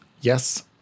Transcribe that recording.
Yes